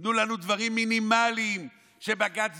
תנו לנו דברים מינימליים שבג"ץ